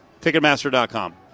Ticketmaster.com